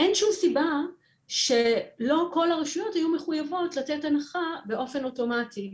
אין שום סיבה שלא כל הרשויות יהיו מחויבות לתת הנחה באופן אוטומטי,